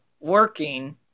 working